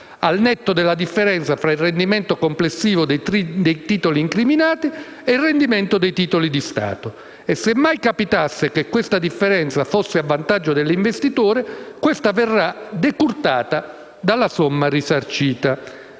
al netto della differenza fra il rendimento complessivo dei titoli incriminati e il rendimento dei titoli di Stato. E se mai capitasse che questa differenza fosse a vantaggio dell'investitore, questa verrà decurtata dalla somma risarcita.